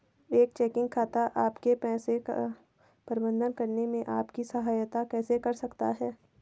एक चेकिंग खाता आपके पैसे का प्रबंधन करने में आपकी सहायता कैसे कर सकता है?